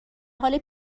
حال